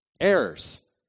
errors